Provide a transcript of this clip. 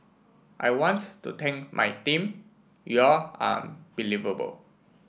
I want to thank my team you're unbelievable